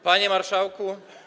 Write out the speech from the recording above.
Panie Marszałku!